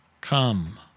Come